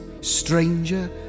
stranger